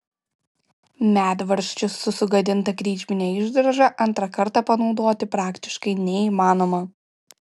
medvaržčius su sugadinta kryžmine išdroža antrąkart panaudoti praktiškai neįmanoma